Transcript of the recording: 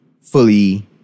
fully